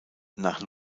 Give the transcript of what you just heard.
nach